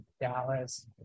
Dallas